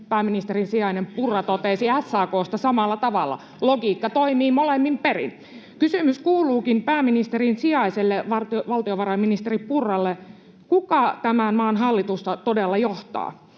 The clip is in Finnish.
Junnila: Mites SAK?] — SAK:sta samalla tavalla. Logiikka toimii molemmin perin. Kysymys kuuluukin pääministerin sijaiselle, valtiovarainministeri Purralle: Kuka tämän maan hallitusta todella johtaa?